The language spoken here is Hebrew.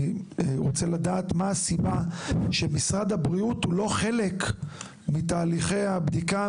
אני רוצה לדעת מה הסיבה שמשרד הבריאות הוא לא חלק מתהליכי הבדיקה,